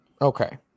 Okay